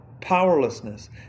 powerlessness